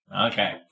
Okay